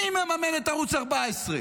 מי מממן את ערוץ 14?